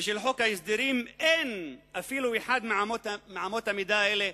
ושל חוק ההסדרים אין מתקיימת אפילו אחת מאמות המידה האלה.